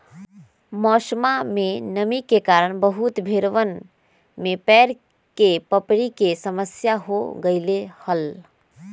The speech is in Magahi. मौसमा में नमी के कारण बहुत भेड़वन में पैर के पपड़ी के समस्या हो गईले हल